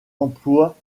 emploient